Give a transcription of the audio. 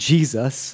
Jesus